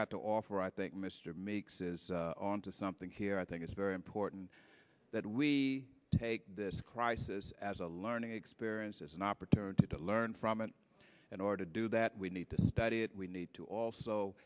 got to offer i think mr meeks is on to something here i think it's very important that we take this crisis as a learning experience as an opportunity to learn from it and or to do that we need to study it we need to also